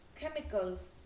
chemicals